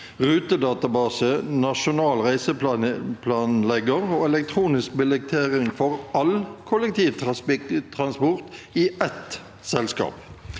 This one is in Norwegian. rutedatabase, nasjonal reiseplanlegger og elektronisk billettering for all kollektivtransport i ett selskap.